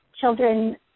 children